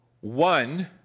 One